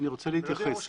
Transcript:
אני רוצה להתייחס.